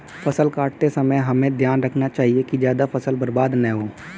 फसल काटते समय हमें ध्यान रखना चाहिए कि ज्यादा फसल बर्बाद न हो